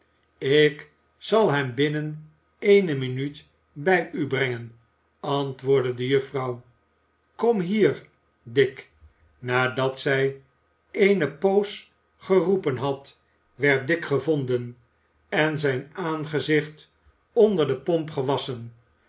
ik zal hem binnen eene minuut bij u brengen antwoordde de juffrouw kom hier dick nadat zij een poosje geroepen had werd dick gevonden en zijn aangezicht onder de pomp